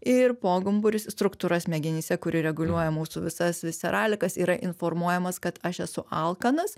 ir pogumburis struktūra smegenyse kuri reguliuoja mūsų visas viseralikas yra informuojamas kad aš esu alkanas